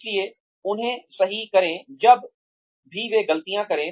इसलिए उन्हें सही करें जब भी वे ग़लतियाँ करें